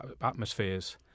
atmospheres